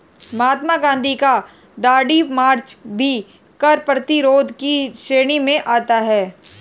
महात्मा गांधी का दांडी मार्च भी कर प्रतिरोध की श्रेणी में आता है